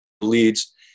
leads